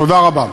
תודה רבה.